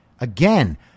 Again